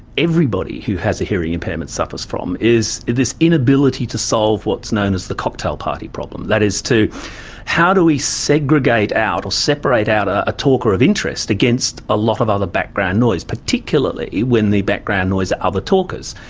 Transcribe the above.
everybody who has a hearing impairment suffers from, is this inability to solve what is known as the cocktail party problem. that is, how do we segregate out or separate out ah a talker of interest against a lot of other background noise? particularly when the background noise are other talkers.